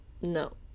No